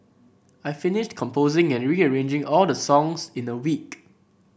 I finished composing and rearranging all the songs in a week